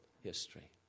history